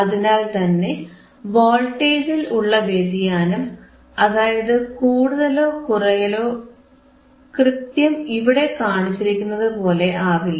അതിനാൽത്തന്നെ വോൾട്ടേജിൽ ഉള്ള വ്യതിയാനം അതായത് കൂടലോ കുറയലോ കൃത്യം ഇവിടെ കാണിച്ചിരിക്കുന്നതുപോലെ ആവില്ല